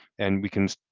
and we can